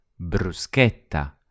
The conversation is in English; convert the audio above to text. bruschetta